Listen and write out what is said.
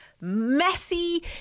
messy